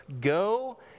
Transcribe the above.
go